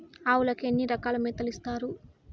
ఆవులకి ఎన్ని రకాల మేతలు ఇస్తారు?